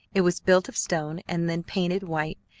it was built of stone, and then painted white,